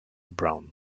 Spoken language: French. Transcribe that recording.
brown